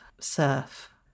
surf